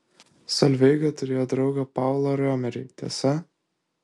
solveiga turėjo draugą paulą riomerį tiesa